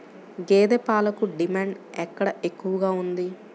గేదె పాలకు డిమాండ్ ఎక్కడ ఎక్కువగా ఉంది?